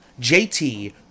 JT